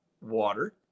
water